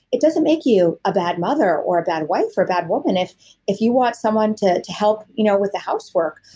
it doesn't make you a bad mother or a bad wife or a bad woman if if you want someone to to help you know with the housework.